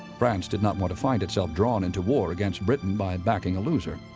france did not want to find itself drawn into war against britain by backing a loser,